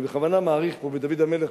אני בכוונה מאריך פה בדוד המלך,